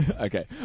Okay